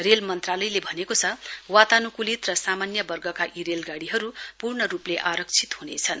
rail मन्त्रालयले भनेको छ वातानुकूलित र सामान्य वर्गका यी रेलगाडीहरू पूर्ण रूपले आरक्षित हुनेछन्